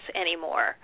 anymore